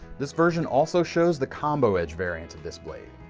this version also shows the combo edge variant of this blade.